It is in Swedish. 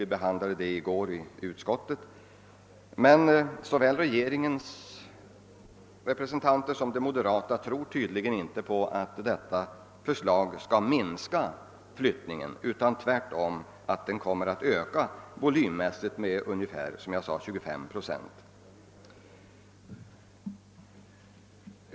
Vi behandlade det i går i statsutskottet. Såväl regeringens representanter som de moderata ledamöterna tror tydligen inte på att detta förslag skall minska utflyttningen utan menar tvärtom att den, såsom jag sade, volymmässigt kommer att öka med ungefär 25 procent.